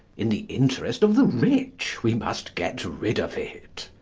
in the interest of the rich we must get rid of it.